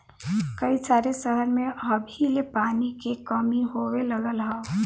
कई सारे सहर में अभी ले पानी के कमी होए लगल हौ